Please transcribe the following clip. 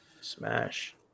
smash